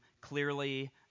clearly